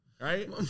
Right